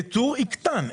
הייצור יקטן,